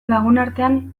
lagunartean